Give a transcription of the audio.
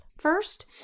first